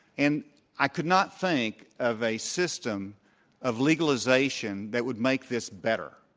and i could not think of a system of legalization that would make this better,